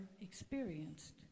experienced